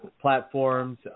platforms